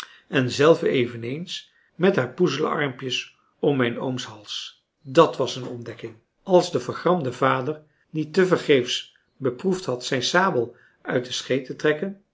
en zelve eveneens met haar poezele armpjes om mijn ooms hals dat was een ontdekking als de vergramde vader niet tevergeefs beproefd had zijn sabel uit de schee te trekken